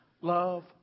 love